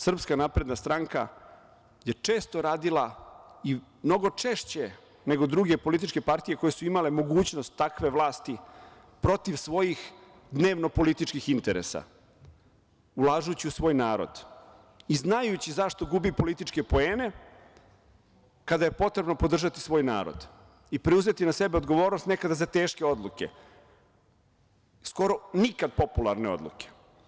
Srpska napredna stranka je često radila, mnogo češće nego druge političke partije koje su imale mogućnost takve vlasti, protiv svojih dnevno političkih interesa ulažući u svoj narod i znajući zašto gubi političke poene kada je potrebno podržati svoj narod i preuzeti na sebe odgovornost nekada za teške odluke, skoro nikad popularne odluke.